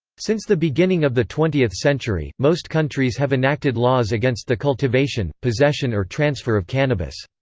since the beginning of the twentieth century, most countries have enacted laws against the cultivation, possession or transfer of cannabis.